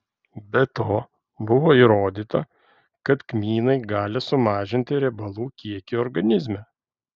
be to buvo įrodyta kad kmynai gali sumažinti riebalų kiekį organizme